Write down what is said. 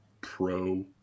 pro